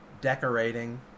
decorating